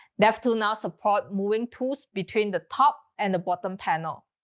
devtools now support moving tools between the top and the bottom panel.